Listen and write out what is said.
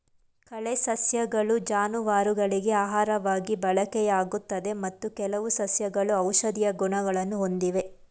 ಕಳೆ ಸಸ್ಯಗಳು ಜಾನುವಾರುಗಳಿಗೆ ಆಹಾರವಾಗಿ ಬಳಕೆಯಾಗುತ್ತದೆ ಮತ್ತು ಕೆಲವು ಸಸ್ಯಗಳು ಔಷಧೀಯ ಗುಣಗಳನ್ನು ಹೊಂದಿವೆ